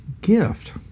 gift